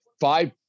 five